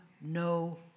no